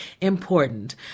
important